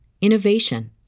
innovation